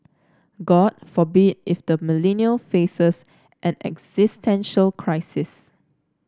god forbid if the Millennial faces an existential crisis